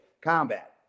Combat